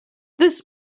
this